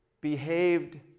behaved